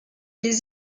les